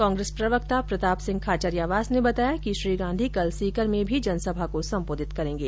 कांग्रेस प्रवक्ता प्रताप सिंह खाचरियावास ने बताया कि श्री गांधी कल सीकर में भी जनसभा को संबोधित करेंगे